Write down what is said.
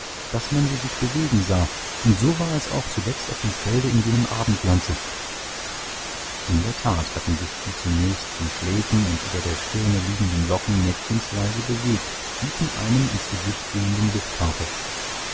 daß man sie sich bewegen sah und so war es auch zuletzt auf dem felde in jenem abendglanze in der tat hatten sich die zunächst den schläfen und über der stirne liegenden locken nettchens leise bewegt wie von einem ins gesicht wehenden lufthauche